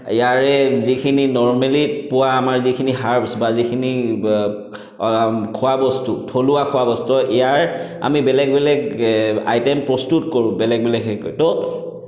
ইয়াৰে যিখিনি নৰ্মেলী পোৱা আমাৰ যিখিনি হাৰ্বছ্ বা যিখিনি খোৱা বস্তু থলুৱা খোৱা বস্তু ইয়াৰ আমি বেলেগ বেলেগ আইটেম প্ৰস্তুত কৰোঁ বেলেগ বেলেগ হেৰি কৰি তো